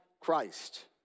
Christ